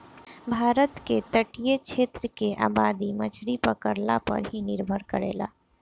भारत के तटीय क्षेत्र के आबादी मछरी पकड़ला पर ही निर्भर करेला